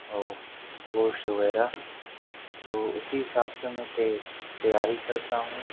اور گوشت وغیرہ تو اسی حساب سے میں تے تیاری کرتا ہوں